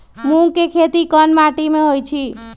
मूँग के खेती कौन मीटी मे होईछ?